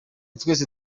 twese